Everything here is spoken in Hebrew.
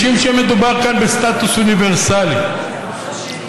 אם כן, אני מבקש לשבת.